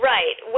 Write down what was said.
Right